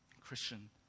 Christian